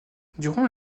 durant